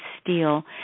steel